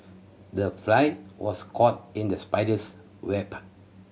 the fly was caught in the spider's web